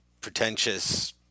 pretentious